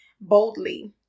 boldly